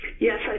Yes